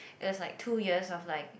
it was like two years of like